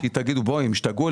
כי תגידו: "הם השתגעו,